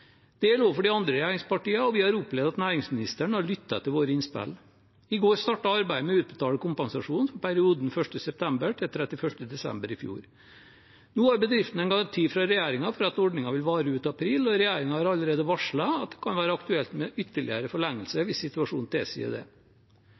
Det gjelder også for de andre regjeringspartiene, og vi har opplevd at næringsministeren har lyttet til våre innspill. I går startet arbeidet med å utbetale kompensasjon for perioden fra 1. september til 31. desember i fjor. Nå har bedriftene en garanti fra regjeringen om at ordningen vil vare ut april, og regjeringen har allerede varslet at det kan være aktuelt med en ytterligere